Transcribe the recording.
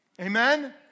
Amen